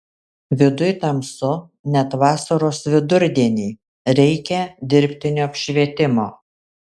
viduj tamsu net vasaros vidurdienį reikia dirbtino apšvietimo